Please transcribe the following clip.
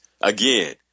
Again